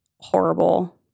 horrible